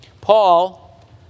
Paul